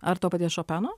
ar to paties šopeno